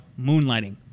moonlighting